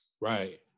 Right